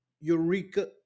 Eureka